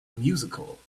musical